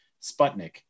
Sputnik